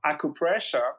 acupressure